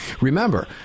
Remember